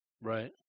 Right